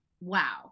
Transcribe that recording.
wow